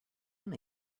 him